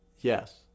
yes